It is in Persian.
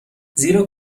زیرا